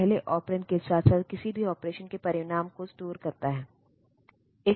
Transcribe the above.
इसलिए कोई भी कंपाइलर सीधे मशीन लैंग्वेज में प्रोग्राम का अनुवाद नहीं करता है यह इसे असेंबलर में बदल देता है